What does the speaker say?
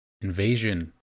Invasion